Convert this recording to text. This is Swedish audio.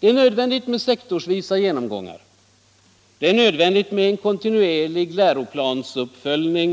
Det är nödvändigt med sektorsvisa genomgångar, det är nödvändigt med en kontinuerlig läroplansuppföljning